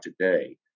today